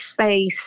space